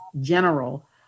General